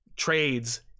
trades